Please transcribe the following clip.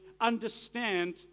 understand